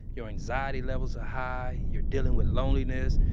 your anxiety levels are high. you're dealing with loneliness.